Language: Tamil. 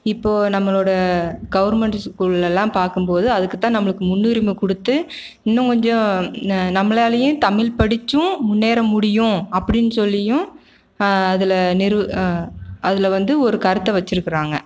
இப்போது நம்மளோடய கவர்மெண்ட் ஸ்கூல்லெலாம் பார்க்கும் போது அதுக்குதான் நம்மளுக்கு முன்னுரிமை கொடுத்து இன்னும் கொஞ்சம் நம்மலாளயே தமிழ்ப்படிச்சும் முன்னேற முடியும் அப்படின்னு சொல்லியும் அதில் நெரு அதில் வந்து ஒரு கருத்தை வச்சுருக்குறாங்க